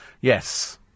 Yes